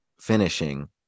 finishing